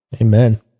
Amen